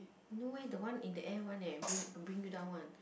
no eh the one in the air one eh bring bring you down one